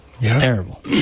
terrible